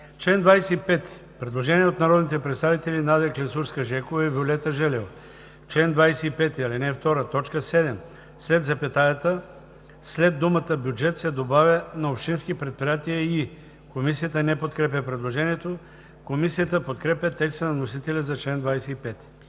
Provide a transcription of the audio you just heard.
чл. 25 има предложение от народните представители Надя Клисурска-Жекова и Виолета Желева: „В чл. 25, ал. 2, т. 7 след запетаята след думата „бюджет“ се добавя „на общински предприятия и“.“ Комисията не подкрепя предложението. Комисията подкрепя текста на вносителя за чл. 25.